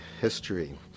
history